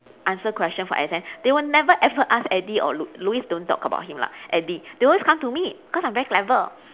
answer question for exam they will never ever ask eddie or lou~ louis don't talk about him lah eddie they always come to me cause I'm very clever